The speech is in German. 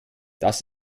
das